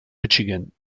michigan